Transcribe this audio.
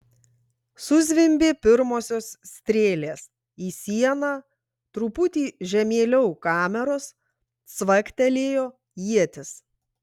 suzvimbė pirmosios strėlės į sieną truputį žemėliau kameros cvaktelėjo ietis